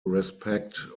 respect